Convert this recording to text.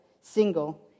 single